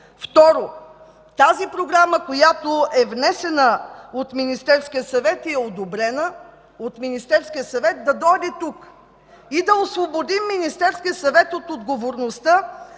Второ, тази програма, която е внесена от Министерския съвет и е одобрена от Министерския съвет, да дойде тук и да го освободим от отговорността